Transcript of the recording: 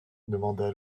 demanda